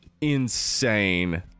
insane